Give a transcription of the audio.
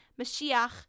Mashiach